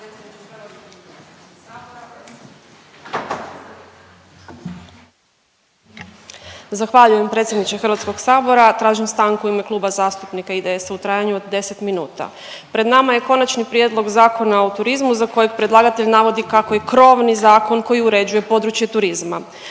Zahvaljujem predsjedniče Hrvatskog sabora. Tražim stanku u ime Kluba zastupnika IDS-a u trajanju od 10 minuta. Pred nama je Konačni prijedlog Zakona o turizmu za kojeg predlagatelj navodi kako je krovni zakon koji uređuje područje turizma.